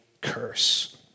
curse